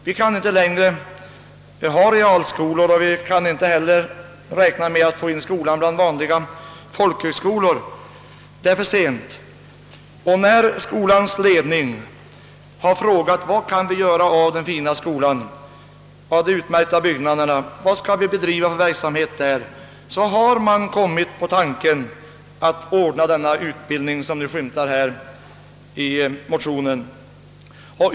Vi kan inte längre ha realskolor och kan inte heller räkna med att få in skolan bland vanliga folkhögskolor ty det är för sent, och när skolans ledning frågat sig vad som kan göras med den fina skolan och de utmärkta byggnaderna har den kommit på tanken att ordna den utbildning som nämns i motionen.